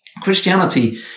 Christianity